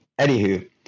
anywho